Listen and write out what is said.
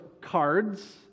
cards